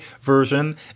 version